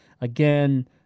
again